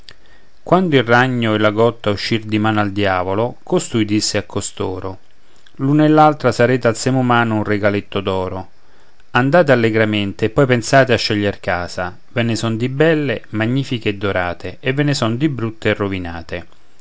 quando il ragno e la gotta uscr di mano al diavolo costui disse a costoro l'uno e l'altra sarete al seme umano un regaletto d'oro andate allegramente e poi pensate a sceglier casa ve ne son di belle magnifiche e dorate e ve ne son di brutte e rovinate